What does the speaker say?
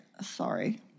Sorry